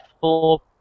four